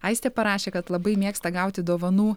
aistė parašė kad labai mėgsta gauti dovanų